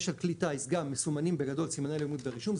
יש על כלי טייס גם מסומנים בגדול סימני הלאומיות והרישום,